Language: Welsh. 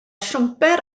siwmper